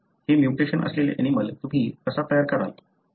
हे म्युटेशन असलेला ऍनिमलं तुम्ही कसा तयार कराल